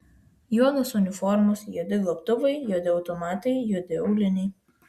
juodos uniformos juodi gobtuvai juodi automatai juodi auliniai